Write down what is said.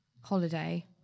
holiday